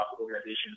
organizations